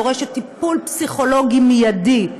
הדורשת טיפול פסיכולוגי מיידי,